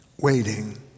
Waiting